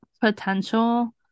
potential